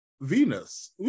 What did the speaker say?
Venus